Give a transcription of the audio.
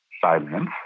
Silence